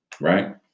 Right